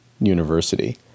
University